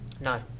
No